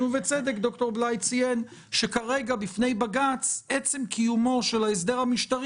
בצדק ציין ד"ר בליי שכרגע בפני בג"ץ עצם קיומו של ההסדר המשטרי